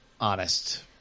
honest